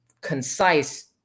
concise